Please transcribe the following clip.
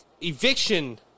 eviction